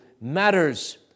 matters